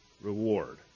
reward